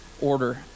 order